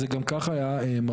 זה גם ככה היה מרחיב,